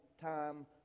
time